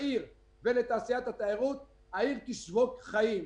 לעיר ולתעשיית התיירות העיר תשבוק חיים.